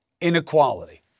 inequality